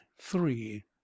Three